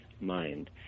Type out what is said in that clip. mind